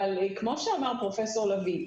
אבל כמו שאמר פרופ' לביא,